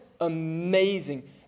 amazing